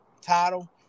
title